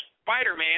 Spider-Man